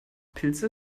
pilze